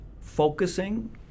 focusing